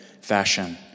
fashion